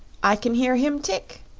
i can hear him tick,